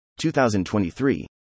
2023